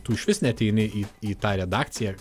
tu išvis neateini į į tą redakciją